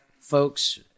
folks